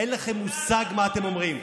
אין לכם מושג מה אתם אומרים.